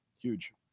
Huge